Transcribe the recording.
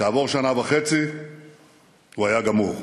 כעבור שנה וחצי הוא היה גמור.